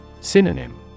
Synonym